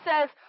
says